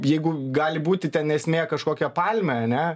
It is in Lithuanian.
jeigu gali būti ten esmė kažkokia palmė ane